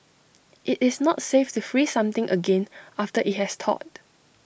IT is not safe to freeze something again after IT has thawed